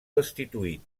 destituït